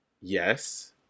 Yes